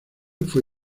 fue